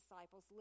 disciples